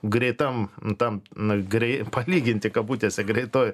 greitam nu tam na grei palyginti kabutėse greitoji